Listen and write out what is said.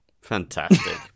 Fantastic